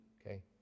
okay